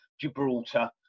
Gibraltar